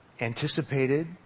Anticipated